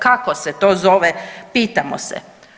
Kako se to zove pitamo se.